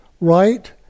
right